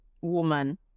woman